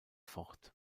fort